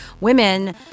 Women